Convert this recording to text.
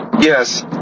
Yes